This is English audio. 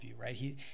right